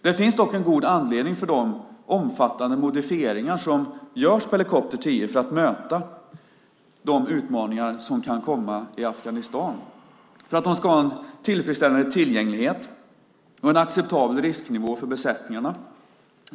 Det finns dock en god anledning till de omfattande modifieringar som görs på helikopter 10 för att möta de utmaningar som kan komma i Afghanistan, för att de ska ha en tillfredsställande tillgänglighet och en acceptabel risknivå för besättningarna.